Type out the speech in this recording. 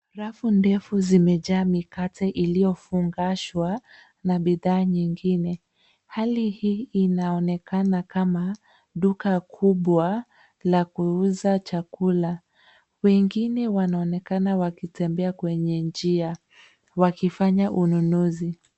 Rafu ndefu zimejaa mikate iliyofungashwa na bidhaa nyingine. Hali hii inaonekana kama duka kubwa la kuuza chakula. Wengine wanaonekana wakitembea kwenye njia wakifanya ununuzi.